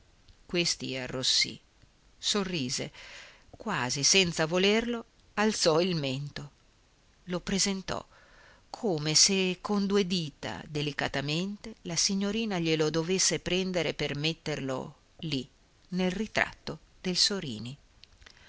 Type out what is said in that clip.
pogliani questi arrossì sorrise quasi senza volerlo alzò il mento lo presentò come se con due dita delicatamente la signorina glielo dovesse prendere per metterlo lì nel ritratto del sorini